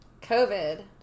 COVID